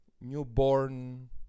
newborn